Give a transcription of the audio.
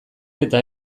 eta